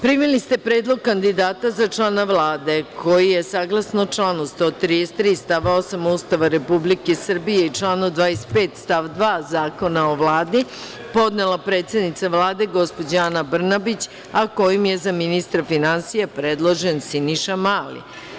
Primili ste predlog kandidata za člana Vlade koji je, saglasno članu 133. stav 8. Ustava Republike Srbije i članu 25. stav 2. Zakona o Vladi, podnela predsednica Vlade, gospođa Ana Brnabić, a kojim je za ministra finansija predložen Siniša Mali.